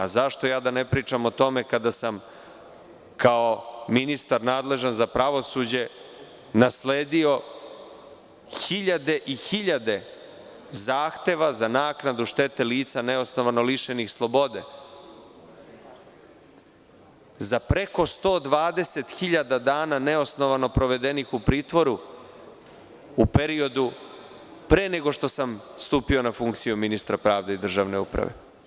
A zašto ja da ne pričam o tome kada sam kao ministar nadležan za pravosuđe nasledio hiljade i hiljade zahteva za naknadu štete lica neosnovano lišenih slobode, za preko 120 hiljada dana neosnovano provedenih u pritvoru, u periodu pre nego što sam stupio na funkciju ministra pravde i državne uprave?